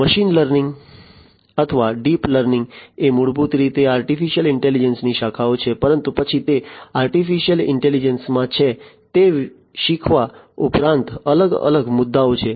machine learning અથવા deep learning એ મૂળભૂત રીતે આર્ટિફિશિયલ ઇન્ટેલિજન્સ ની શાખાઓ છે પરંતુ પછી તે આર્ટિફિશિયલ ઇન્ટેલિજન્સ માં છે તે શીખવા ઉપરાંત અલગ અલગ મુદ્દાઓ છે